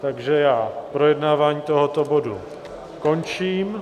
Takže já projednávání tohoto bodu končím.